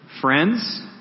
friends